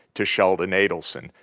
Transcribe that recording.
to sheldon adelson,